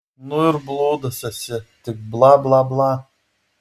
nu ir blūdas esi tik bla bla bla